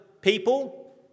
people